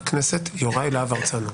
חבר הכנסת יוראי להב הרצנו,